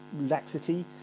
laxity